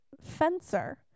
fencer